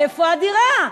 איפה, איפה הדירה?